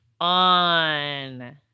on